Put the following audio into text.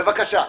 בבקשה.